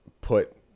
put